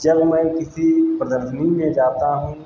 जब मैं किसी प्रदर्शनी में जाता हूँ